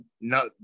no